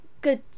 good